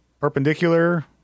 perpendicular